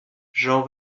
jean